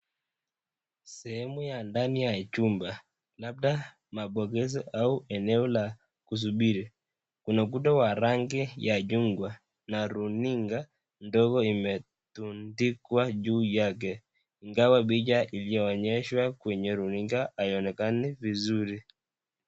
Sehemu ya ndani ya jumba, labda mapokezi au eneo la kusubiri. Kuna ukuta wa rangi ya jungwa na runinga ndogo imetundikwa juu yake. Ingawa picha iliyoonyeshwa kwenye runinga haionekani vizuri.